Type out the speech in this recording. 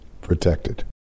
protected